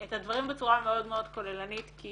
את הדברים בצורה מאוד מאוד כוללנית כי